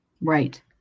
Right